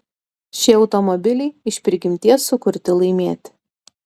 šie automobiliai iš prigimties sukurti laimėti